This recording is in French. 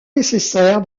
nécessaire